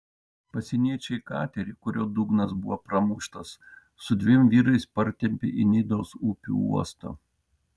pasieniečiai katerį kurio dugnas buvo pramuštas su dviem vyrais partempė į nidos upių uostą